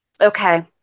Okay